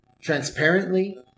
transparently